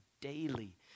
daily